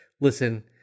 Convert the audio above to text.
listen